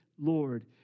Lord